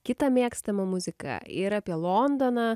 kitą mėgstamą muziką ir apie londoną